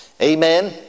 Amen